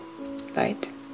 light